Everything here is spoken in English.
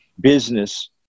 business